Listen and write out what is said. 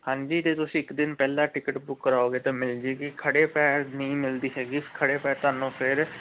ਹਾਂਜੀ ਜੇ ਤੁਸੀਂ ਇੱਕ ਦਿਨ ਪਹਿਲਾਂ ਟਿਕਟ ਬੁੱਕ ਕਰਾਓਗੇ ਤਾਂ ਮਿਲ ਜੇਗੀ ਖੜ੍ਹੇ ਪੈਰ ਨਹੀਂ ਮਿਲਦੀ ਹੈਗੀ ਖੜ੍ਹੇ ਪੈਰ ਤੁਹਾਨੂੰ ਫਿਰ